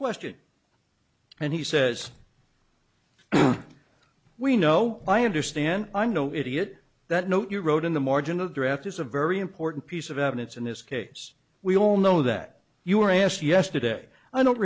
question and he says we know i understand i'm no idiot that note you wrote in the margin a draft is a very important piece of evidence in this case we all know that you were asked yesterday i don't